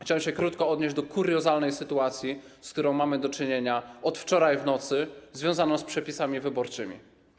Chciałem się krótko odnieść do kuriozalnej sytuacji, z którą mamy do czynienia od wczoraj w nocy związaną z przepisami wyborczymi.